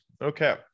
Okay